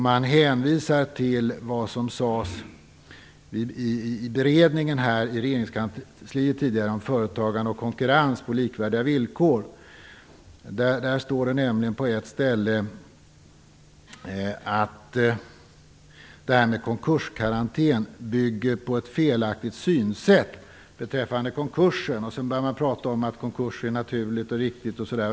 Man hänvisar till vad som tidigare sades i beredningen i regeringskansliet om företagande och konkurrens på likvärdiga villkor. Där står på ett ställe att konkurskarantän "bygger på ett felaktigt synsätt" beträffande konkursen. Sedan börjar man prata om att konkurs är naturligt och riktigt.